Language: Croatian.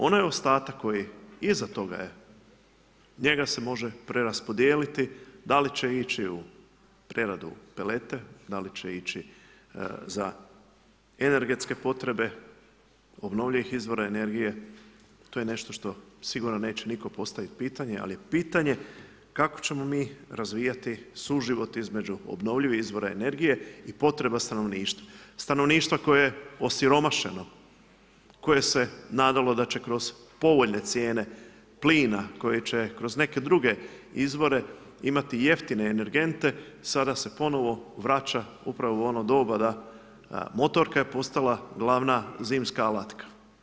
Onaj ostatak koji iza toga je, njega se može preraspodijeliti, da li će ići u preradu pelete, da li će ići za energetske potrebe obnovljivih izvora energije, to je nešto što sigurno neće nitko postavit pitanje, ali je pitanje kako ćemo mi razvijati suživot između obnovljivih izvora energije i potreba stanovništva, stanovništva koje je osiromašeno, koje se nadalo da će kroz povoljne cijene plina, koji će kroz neke druge izvore imati jeftine energente, sada se ponovo vraća upravo u ono doba da motorka je postala glavna zimska alatka.